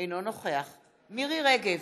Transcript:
אינו נוכח מירי רגב,